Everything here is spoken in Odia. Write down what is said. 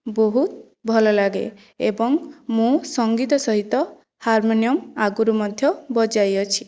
ବହୁତ ଭଲ ଲାଗେ ଏବଂ ମୁଁ ସଙ୍ଗୀତ ସହିତ ହାରମୋନିୟମ ଆଗରୁ ମଧ୍ୟ ବଜାଇ ଅଛି